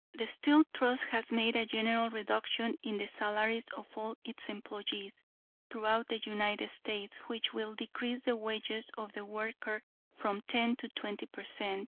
the steel trust has made a general reduction in the salaries of all its employees throughout the united states, which will decrease the wages of the worker from ten to twenty per cent,